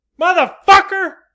Motherfucker